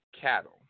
cattle